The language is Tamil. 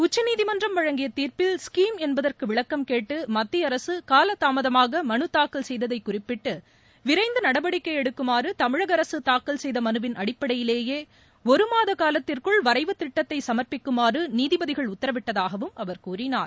உச்சநீதிமன்றம் வழங்கிய தீர்ப்பில் ஸ்கீம் என்பதற்கு விளக்கம் கேட்டு மத்திய அரசு காலதாமதமாக மனு தாக்கல் செய்ததை குறிப்பிட்டு விரைந்து நடவடிக்கை எடுக்குமாறு தமிழக அரசு தாக்கல் செய்த மனுவின் அடிப்படையிலேயே ஒரு மாதக் காலத்திற்குள் வரைவுத் திட்டத்தை சுர்பிக்குமாறு நீதிபதிகள் உத்தரவிட்டதாகவும் அவர் கூறினார்